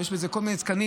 ויש בזה כל מיני תקנים.